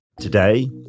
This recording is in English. Today